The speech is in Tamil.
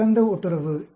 இது சிறந்த ஒட்டுறவு